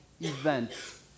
events